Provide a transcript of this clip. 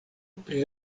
pri